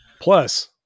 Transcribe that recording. Plus